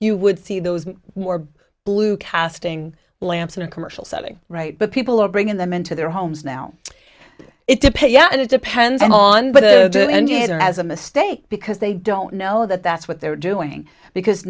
you would see those more blue casting lamps in a commercial setting right but people are bringing them into their homes now it to pay and it depends and on but rather as a mistake because they don't know that that's what they're doing because